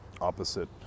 opposite